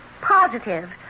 positive